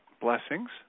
Blessings